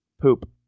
poop